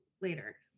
later